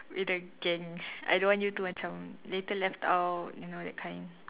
with the gang I don't want you to macam later left out you know that kind